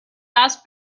ask